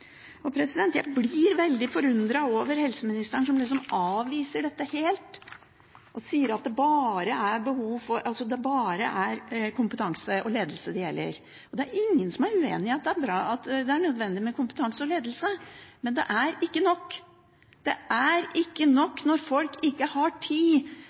Jeg blir veldig forundret over helseministeren som liksom avviser dette helt, og sier at det bare er kompetanse og ledelse det gjelder. Det er ingen som uenig i at det er nødvendig med kompetanse og ledelse, men det er ikke nok. Det er ikke nok når folk ikke har tid